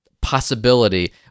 possibility